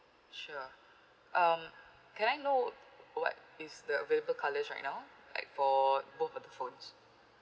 sure um can I know what is the available colours right now like for both of the phones